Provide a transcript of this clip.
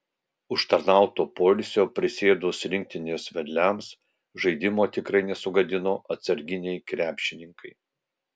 užtarnauto poilsio prisėdus rinktinės vedliams žaidimo tikrai nesugadino atsarginiai krepšininkai